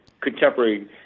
contemporary